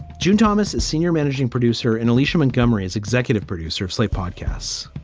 june thomas is senior managing producer. and alicia montgomery is executive producer of slate podcasts.